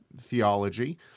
theology